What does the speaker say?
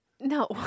No